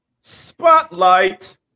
spotlight